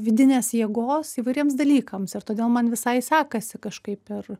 vidinės jėgos įvairiems dalykams ir todėl man visai sekasi kažkaip ir